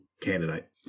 candidate